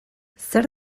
zer